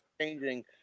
Changing